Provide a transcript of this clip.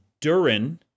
Durin